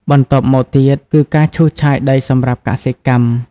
បន្ទាប់មកទៀតគឺ ការឈូសឆាយដីសម្រាប់កសិកម្ម។